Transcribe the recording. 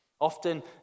Often